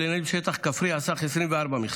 הופך לפנימייה כוללנית בשטח כפרי על סך 36 מכסות,